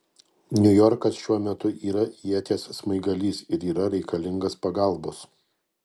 niujorkas šiuo metu yra ieties smaigalys ir yra reikalingas pagalbos